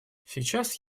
сейчас